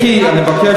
למה?